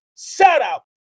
shout-out